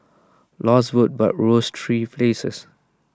lost votes but rose three places